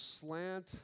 slant